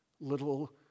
little